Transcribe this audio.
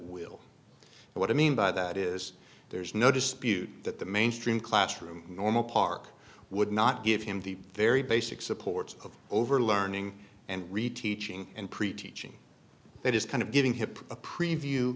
will what i mean by that is there's no dispute that the mainstream classroom normal park would not give him the very basic supports of over learning and reteaching and preaching that is kind of giving hip a preview